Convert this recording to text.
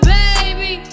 baby